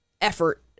effort